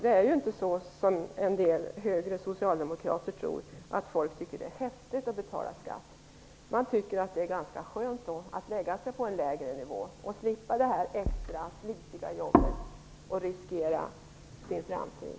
Det är inte så som en del "högre" socialdemokrater tror, att folk tycker att det är häftigt att betala skatt. Jag tycker att det är ganska skönt att lägga sig på en lägre nivå och slippa det extra slitiga med att riskera sin framtid.